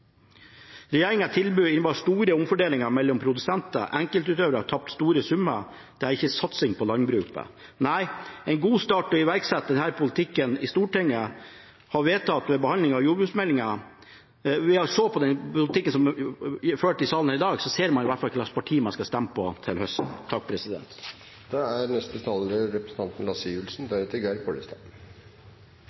innebar store omfordelinger mellom produsenter, der enkeltutøvere ville tape store summer. Det er ikke satsing på landbruket. Nei, en god start er å iverksette den politikken Stortinget har vedtatt ved behandling av jordbruksmeldingen. Om man ser på den politikken som er ført i salen i dag, ser man iallfall hvilket parti man skal stemme på til høsten.